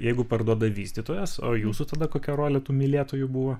jeigu parduoda vystytojas o jūsų tada kokia rolė tų mylėtojų buvo